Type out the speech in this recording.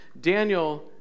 Daniel